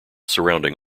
surrounding